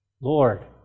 Lord